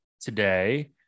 today